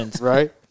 Right